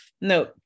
no